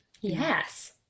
yes